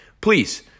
please